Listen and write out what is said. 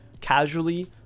casually